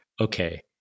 okay